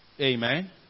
Amen